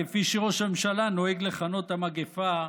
כפי שראש הממשלה נוהג לכנות את המגפה,